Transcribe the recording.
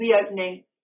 reopening